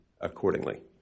accordingly